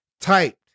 typed